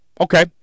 Okay